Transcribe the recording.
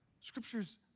Scripture's